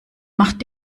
macht